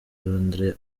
londres